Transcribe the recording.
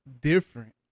different